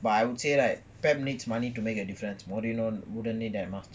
but I would say right pep needs money to make a difference mourinho wouldn't need that much